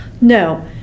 No